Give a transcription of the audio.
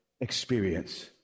experience